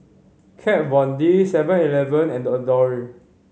Kat Von D Seven Eleven and Adore